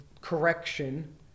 correction